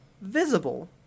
visible